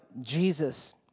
Jesus